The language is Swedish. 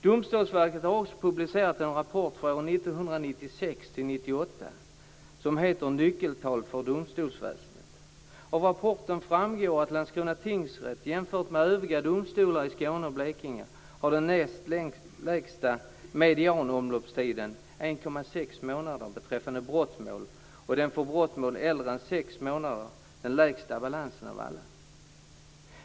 Domstolsverket har publicerat en rapport för åren Av rapporten framgår att Landskrona tingsrätt, jämfört med övriga domstolar i Skåne och Blekinge, har den näst lägsta medianomloppstiden, 1,6 månader, beträffande brottmål och den för brottmål äldre än sex månader den lägsta balansen av alla.